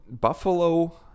Buffalo